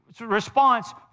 response